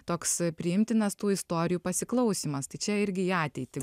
toks priimtinas tų istorijų pasiklausymas tai čia irgi į ateitį